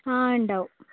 ആ ഉണ്ടാവും